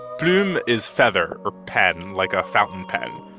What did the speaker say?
plume is feather or pen, like a fountain pen.